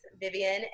Vivian